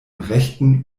rechten